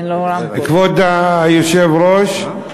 כבוד היושב-ראש,